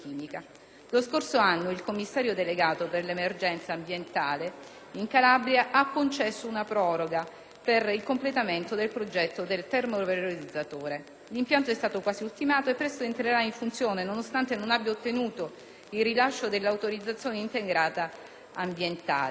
Lo scorso anno il commissario delegato per l'emergenza ambientale in Calabria ha concesso una proroga per il completamento del progetto del termovalorizzatore a Crotone. L'impianto è stato quasi ultimato e presto entrerà in funzione, nonostante non abbia ottenuto il rilascio dell'autorizzazione integrata ambientale.